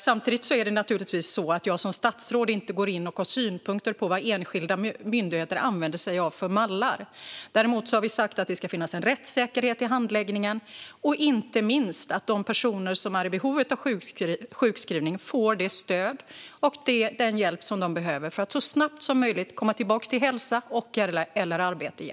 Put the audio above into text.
Jag som statsråd ska inte gå in och ha synpunkter på vilka mallar enskilda myndigheter använder. Däremot har vi sagt att det ska finnas en rättssäkerhet i handläggningen och inte minst att de personer som är i behov av sjukskrivning ska få det stöd och den hjälp de behöver för att så snabbt som möjligt komma tillbaka till hälsa och/eller arbete.